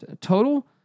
total